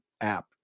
app